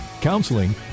counseling